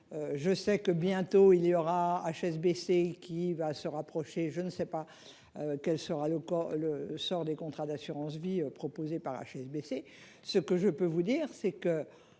Je sais que bientôt il y aura HSBC qui va se rapprocher. Je ne sais pas. Quel sera le corps le sort des contrats d'assurance vie proposée par HSBC. Ce que je peux vous dire c'est que